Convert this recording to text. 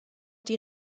die